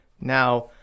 Now